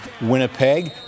Winnipeg